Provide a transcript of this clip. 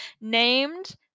named